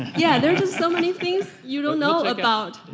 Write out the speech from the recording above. yeah, there's so many things you don't know about.